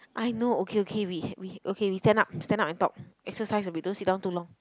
I know okay okay we we okay we stand up stand up and talk exercise a bit don't sit down too long